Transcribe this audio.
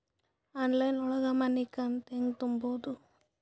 Online ಒಳಗ ಮನಿಕಂತ ಹ್ಯಾಂಗ ತುಂಬುದು?